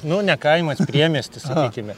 nu ne kaimas priemiestis sakykime